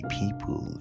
people